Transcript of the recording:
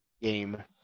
game